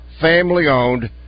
family-owned